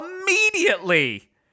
immediately